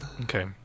okay